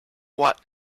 what